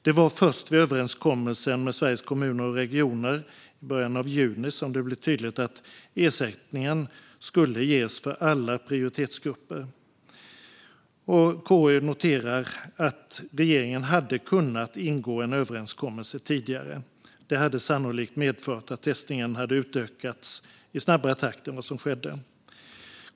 Det var först vid överenskommelsen med Sveriges Kommuner och Regioner i början av juni som det blev tydligt att ersättningen skulle ges för alla prioritetsgrupper. KU noterar att regeringen hade kunnat ingå en överenskommelse tidigare. Det hade sannolikt medfört att testningen hade utökats i snabbare takt än vad som skedde.